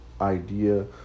idea